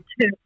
two